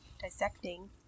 dissecting